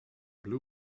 blew